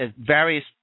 various